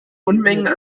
unmenge